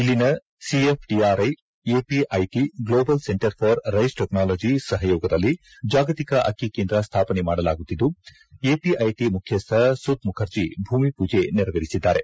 ಇಲ್ಲಿನ CFTRI APIT global centre for rice technology ಸಹಯೋಗದಲ್ಲಿ ಜಾಗತಿಕ ಅಕ್ಕಿ ಕೇಂದ್ರ ಸ್ಥಾಪನ ಮಾಡಲಾಗುತ್ತಿದ್ದು ಎಪಿಐಟಿ ಮುಖ್ಯಸ್ಥ ಸುದ್ ಮುಖರ್ಜಿ ಭೂಮಿ ಪೂಜೆ ನೆರವೇರಿಸಿದ್ದಾರೆ